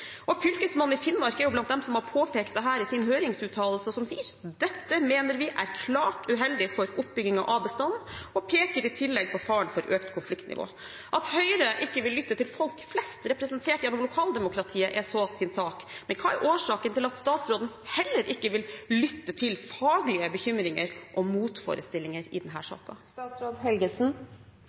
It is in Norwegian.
Fylkesmannen i Finnmark er blant dem som har påpekt dette i sin høringsuttalelse og sier: «Dette mener vi er klart uheldig for oppbygningen av bestanden.» I tillegg peker de på faren for økt konfliktnivå. At Høyre ikke vil lytte til folk flest, representert gjennom lokaldemokratiet, er så sin sak, men hva er årsaken til at statsråden heller ikke vil lytte til faglige bekymringer og motforestillinger i